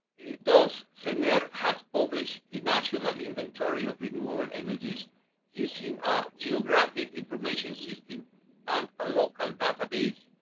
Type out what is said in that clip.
thus sener has published the national inventory of renewable energies using a geographic information system and a local database.